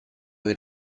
per